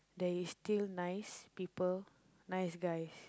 there is still nice people nice guys